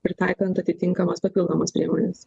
pritaikant atitinkamas papildomas priemones